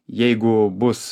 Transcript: jeigu bus